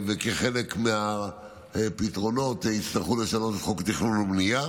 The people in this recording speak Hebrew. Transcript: כחלק מהפתרונות יצטרכו לשנות את חוק התכנון והבנייה.